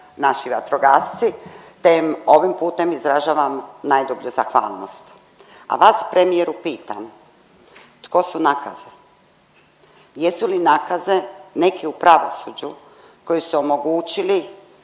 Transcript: naši vatrogasci te im ovim putem izražavam najdublju zahvalnost. A vas, premijeru, pitam, tko su nakaze? Jesu li nakaze neki u pravosuđu koji su omogućili